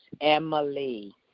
Emily